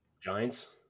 Giants